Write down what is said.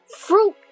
fruit